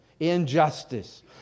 Injustice